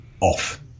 off